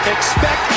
Expect